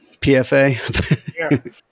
PFA